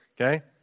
Okay